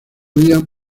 huían